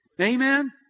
Amen